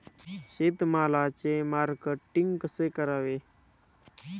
शेतमालाचे मार्केटिंग कसे करावे?